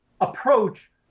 approach